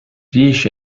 riesce